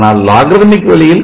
ஆனால் logarithmic வழியில்